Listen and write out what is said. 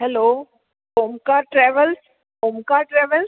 hello Omkar travels Omkar travels